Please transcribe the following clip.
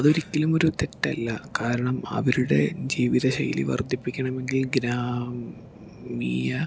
അതൊരിക്കലും ഒരു തെറ്റല്ല കാരണം അവരുടെ ജീവിതശൈലി വർദ്ധിപ്പിക്കണമെങ്കിൽ ഗ്രാമീയ